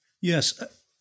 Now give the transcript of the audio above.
Yes